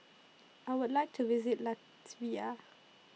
I Would like to visit Latvia